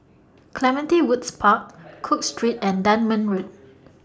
Clementi Woods Park Cook Street and Dunman Road